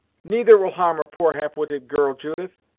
neither will harm a poor half-witted girl, judith.